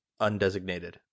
Undesignated